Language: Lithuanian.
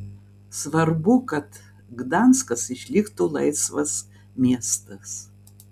svarbu kad gdanskas išliktų laisvas miestas